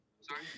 sorry